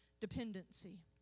dependency